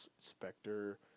Spectre